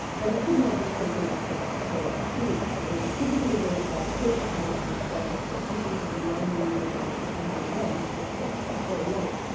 but it could not be taken off the bus for about two weeks because you had to physically go to the bus, take the hard disks out and people had to manually look at it to find that event, which is of course very late.